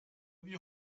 wie